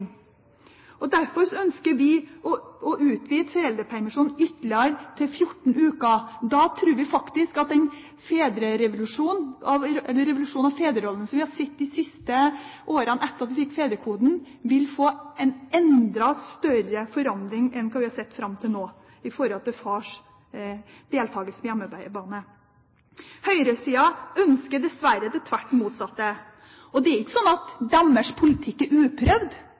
hjem. Derfor ønsker vi å utvide foreldrepermisjonen ytterligere, til 14 uker. Da tror vi faktisk at det vil bli en revolusjon av fedrerollen – vi har sett det de siste årene etter at vi fikk fedrekvoten – og at det vil bli en enda større forandring enn hva vi har sett fram til nå når det gjelder fars deltakelse på hjemmebane. Høyresiden ønsker dessverre det stikk motsatte. Og det er ikke sånn at deres politikk er uprøvd.